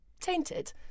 tainted